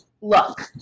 look